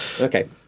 Okay